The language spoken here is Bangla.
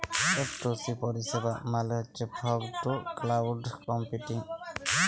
এফটুসি পরিষেবা মালে হছ ফগ টু ক্লাউড কম্পিউটিং